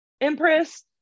Empress